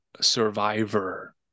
Survivor